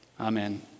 Amen